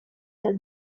dal